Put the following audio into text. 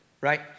right